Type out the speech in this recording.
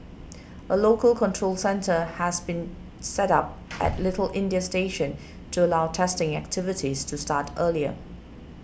a local control centre has also been set up at Little India station to allow testing activities to start earlier